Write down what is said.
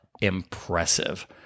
impressive